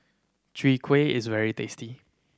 Chwee Kueh is very tasty